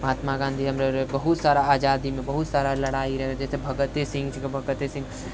महात्मा गाँधी हमरोरे बहुत सारा आजादीमे बहुत सारा लड़ाइ रहै जइसे भगते सिंह